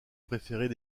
préférées